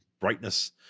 brightness